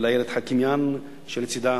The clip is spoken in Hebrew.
ולאיילת חאקמיאן שלצדה,